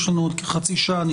יש לנו עוד כחצי שעה.